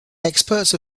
experts